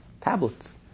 tablets